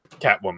Catwoman